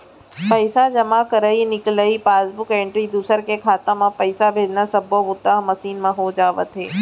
पइसा जमा करई, निकलई, पासबूक एंटरी, दूसर के खाता म पइसा भेजना सब्बो बूता ह मसीन म हो जावत हे